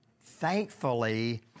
Thankfully